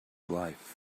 life